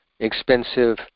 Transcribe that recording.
expensive